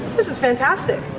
this is fantastic.